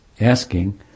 asking